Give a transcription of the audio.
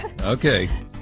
Okay